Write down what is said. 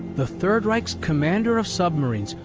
the third reich's commander of submarines,